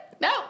No